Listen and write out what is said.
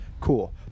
cool